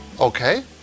Okay